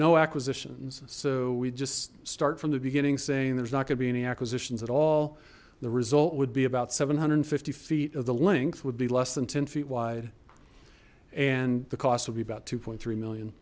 no acquisitions so we just start from the beginning saying there's not gonna be any acquisitions at all the result would be about seven hundred and fifty feet of the length would be less than ten feet wide and the cost will be about two three million